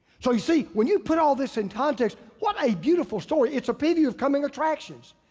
so you see, when you put all this in context, what a beautiful story, it's a preview of coming attractions.